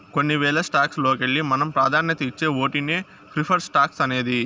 కొన్ని వేల స్టాక్స్ లోకెల్లి మనం పాదాన్యతిచ్చే ఓటినే ప్రిఫర్డ్ స్టాక్స్ అనేది